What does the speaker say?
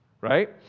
Right